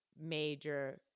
major